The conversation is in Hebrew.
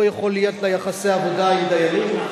לא יכולים להיות לה יחסי עבודה עם דיינים?